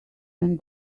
and